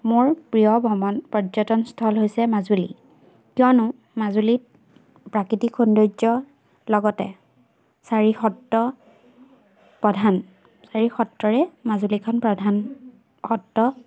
মোৰ প্ৰিয় ভ্ৰমণ পৰ্যটনস্থল হৈছে মাজুলী কিয়নো মাজুলীত প্ৰাকৃতিক সৌন্দৰ্য লগতে চাৰি সত্ৰ প্ৰধান চাৰি সত্ৰৰে মাজুলীখন প্ৰধান সত্ৰ